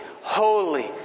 holy